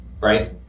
right